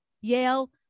Yale